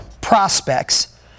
prospects